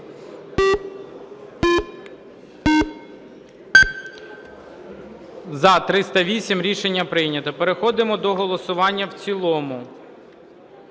За-308 Рішення прийнято. Переходимо до голосування в цілому.